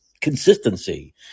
consistency